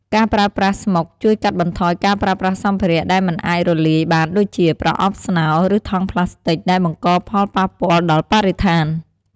ការប្រើប្រាស់ស្មុកជួយកាត់បន្ថយការប្រើប្រាស់សម្ភារៈដែលមិនអាចរលាយបានដូចជា ប្រអប់ស្នោ ឬថង់ប្លាស្ទិក ដែលបង្កផលប៉ះពាល់ដល់បរិស្ថាន។